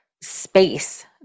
space